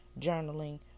journaling